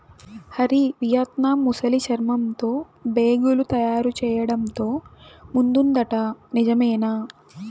Hari, Vietnam ముసలి చర్మంతో బేగులు తయారు చేయడంతో ముందుందట నిజమేనా